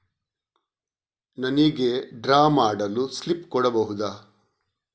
ನನಿಗೆ ಡ್ರಾ ಮಾಡಲು ಸ್ಲಿಪ್ ಕೊಡ್ಬಹುದಾ?